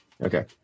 Okay